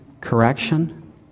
correction